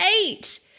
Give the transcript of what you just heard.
eight